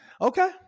okay